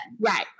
Right